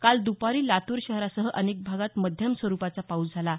काल दुपारी लातूर शहरासह अनेक भागात मध्यम स्वरुपाचा पाऊस झाला आहे